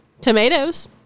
Tomatoes